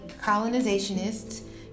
colonizationists